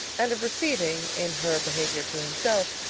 and of receiving, in her behaviour to himself,